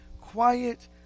quiet